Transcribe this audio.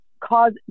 Cause